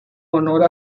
honor